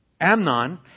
Amnon